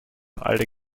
alle